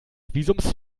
visums